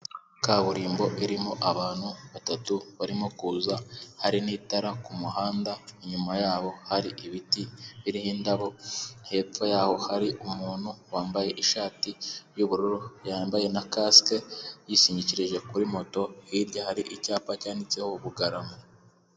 Kaburimbo irimo abantu batatu barimo kuza, hari n'itara ku muhanda, inyuma yabo hari ibiti biriho indabo, hepfo yaho hari umuntu wambaye ishati y'ubururu, yambaye na kasike, yishingikirije kuri moto, hirya hari icyapa cyanditseho Bugarama.